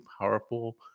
powerful